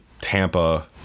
Tampa